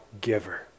giver